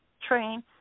train